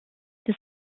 des